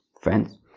friends